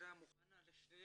דירה מוכנה לשני